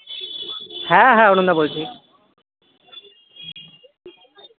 হ্যাঁ হ্যাঁ অরুণদা বলছি